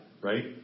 right